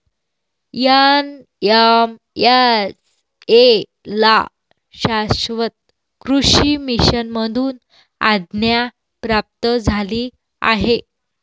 NMSA ला शाश्वत कृषी मिशन मधून आज्ञा प्राप्त झाली आहे